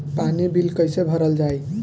पानी बिल कइसे भरल जाई?